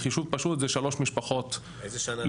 בחישוב פשוט זה שלוש משפחות לחודש.